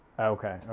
Okay